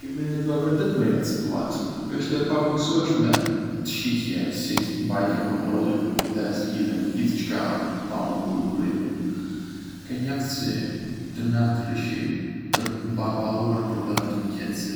E ke menaxhuar vërtet mirë atë situatë... ishte e pabesueshme të shihje se si mbajte kontrollin dhe zgjidhje gjithçka pa humbur durimin. Ke një aftësi të natyrshme për të përballuar problemet me qetësi.